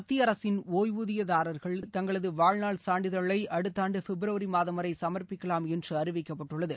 மத்திய அரசின் ஒய்வூதியதாரர்கள் தங்களது வாழ்நாள் சான்றிதழை அடுத்த ஆண்டு பிப்ரவரி மாதம் வரை சமர்ப்பிக்கலாம் என்று அறிவிக்கப்பட்டுள்ளது